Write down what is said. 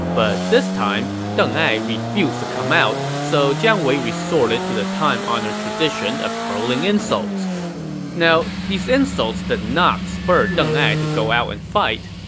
but this time, deng ai refused to come out, so jiang wei resorted to the time-honored tradition of hurling insults now these insults did not spur deng ai to go out and fight,